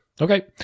Okay